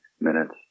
minutes